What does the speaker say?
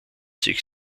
sich